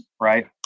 right